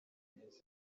bimeze